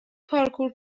پارکور